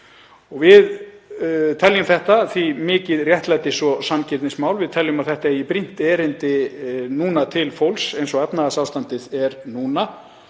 Við teljum þetta því mikið réttlætis- og sanngirnismál. Við teljum að þetta eigi brýnt erindi til fólks eins og efnahagsástandið er núna